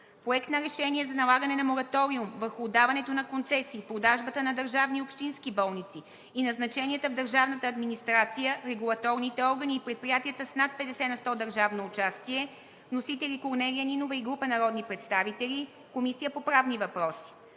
Проект на решение за налагане на мораториум върху отдаването на концесии, продажбата на държавни и общински болници и назначенията в държавната администрация, регулаторните органи и предприятията с над 50 на сто държавно участие. Вносители – Корнелия Нинова и група народни представители. Водеща е Комисията по правни въпроси.